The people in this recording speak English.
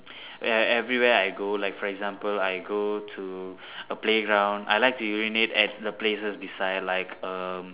ev~ everywhere I go like for example I go to a playground I like to urinate at the places beside like um